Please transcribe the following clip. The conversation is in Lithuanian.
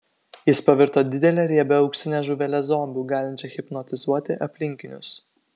jis pavirto didele riebia auksine žuvele zombiu galinčia hipnotizuoti aplinkinius